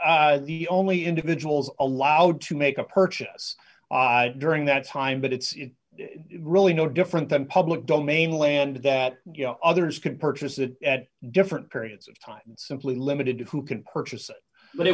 only the only individuals allowed to make a purchase during that time but it's really no different than public domain land that you know others can purchase it at different periods of time simply limited to who can purchase it but it